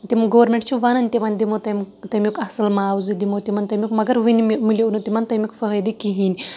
تِم گورمینٹ چھُ وَنان تِمو دِمو تَمیُک اَصٕل مُعاوزٕ دِمو تَمن تَمیُک مَگر ؤنہِ مِلیو نہٕ تِمن تَمیُک فٲیدٕ کِہینۍ